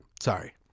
Sorry